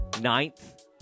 ninth